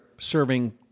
serving